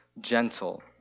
gentle